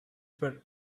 were